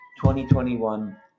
2021